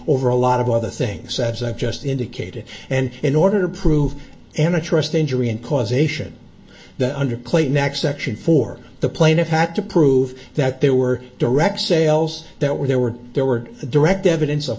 over a lot of other things as i've just indicated and in order to prove an interest injury and causation the under play next section for the plaintiff had to prove that there were direct sales that were there were there were a direct evidence of